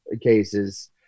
cases